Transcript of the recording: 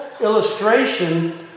illustration